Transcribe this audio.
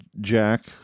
Jack